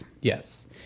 Yes